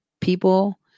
People